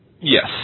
Yes